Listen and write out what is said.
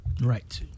Right